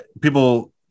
people